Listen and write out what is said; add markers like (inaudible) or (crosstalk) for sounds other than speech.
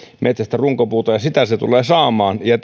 metsästä runkopuuta ja sitä se tulee saamaan ja (unintelligible)